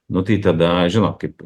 nu tai tada žinot kaip